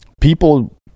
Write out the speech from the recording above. people